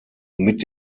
mit